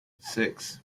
six